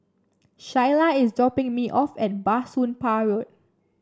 Shyla is dropping me off at Bah Soon Pah Road